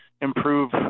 improve